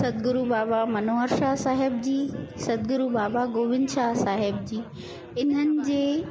सतगुरू बाबा मनोहर शाह साहिब जी सतगुरु बाबा गोविंद शाह साहिब जी इन्हनि जे